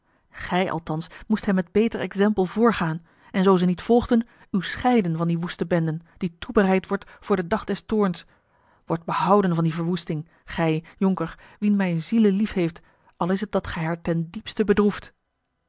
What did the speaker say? gij althans moest hen met beter exempel voorgaan en zoo ze niet volgden u scheiden van die woeste bende die toebereid wordt voor den dag des toorns word behouden van die verwoesting gij jonker wien mijne ziele liefheeft al is t dat gij haar ten diepste bedroeft